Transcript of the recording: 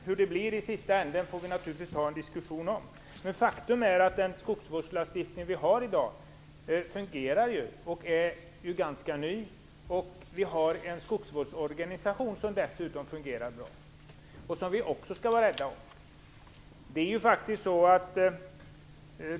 Hur det blir i slutänden får vi ha en diskussion om. Men faktum är att den skogsvårdslagstiftning som vi har i dag fungerar och är ganska ny. Vi har dessutom en skogsvårdsorganisation som fungerar bra som vi också skall vara rädda om.